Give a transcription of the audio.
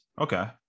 Okay